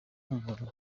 mpumuro